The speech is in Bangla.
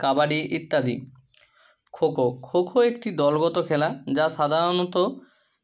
কবাডি ইত্যাদি খো খো খো খো একটি দলগত খেলা যা সাধারণত